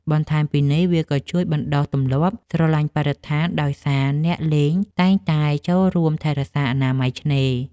បន្ថែមពីនេះ វាក៏ជួយបណ្ដុះទម្លាប់ ស្រឡាញ់បរិស្ថាន ដោយសារអ្នកលេងតែងតែចូលរួមថែរក្សាអនាម័យឆ្នេរ។